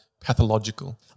pathological